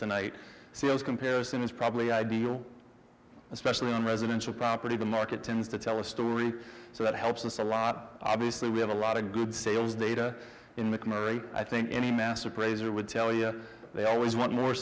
tonight so this comparison is probably ideal especially on residential property the market tends to tell a story so that helps us a lot obviously we have a lot of good sales data in mcnairy i think any mass appraiser would tell you they always want more